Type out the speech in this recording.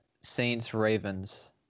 Saints-Ravens